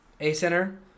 A-center